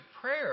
prayer